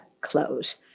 clothes